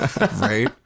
Right